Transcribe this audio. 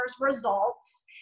results